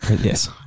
Yes